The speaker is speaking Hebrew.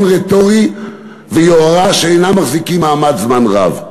רטורי ויוהרה שאינם מחזיקים מעמד זמן רב.